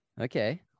okay